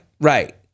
right